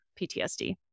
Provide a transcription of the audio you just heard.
PTSD